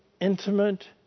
intimate